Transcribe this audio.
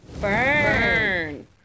Burn